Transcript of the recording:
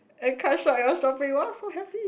eh cut short your shopping !woah! so happy